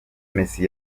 messi